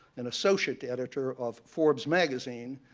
an associate editor of forbes magazine,